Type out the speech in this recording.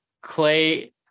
clay